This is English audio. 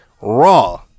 raw